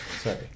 sorry